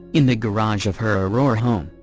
in the garage of her aurora home,